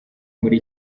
muri